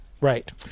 Right